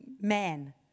man